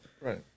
Right